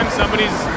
somebody's